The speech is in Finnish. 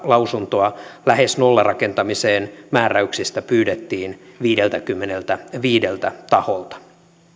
lausuntoa lähes nollarakentamisen määräyksistä pyydettiin viideltäkymmeneltäviideltä taholta